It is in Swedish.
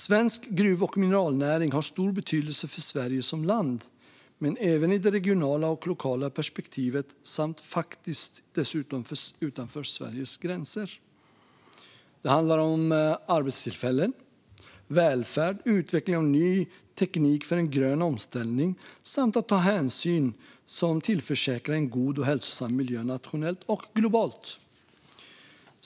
Svensk gruv och mineralnäring har stor betydelse för Sverige som land, men även i det regionala och lokala perspektivet samt faktiskt dessutom utanför Sveriges gränser. Det handlar om arbetstillfällen, välfärd och utveckling av ny teknik för en grön omställning samt om att ta hänsyn som tillförsäkrar en god och hälsosam miljö nationellt och globalt.